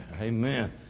Amen